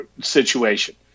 situation